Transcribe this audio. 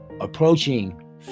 approaching